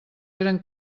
eren